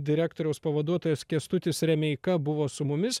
direktoriaus pavaduotojas kęstutis remeika buvo su mumis